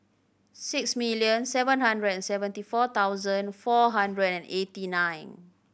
six million seven hundred and seventy four thousand four hundred and eighty nine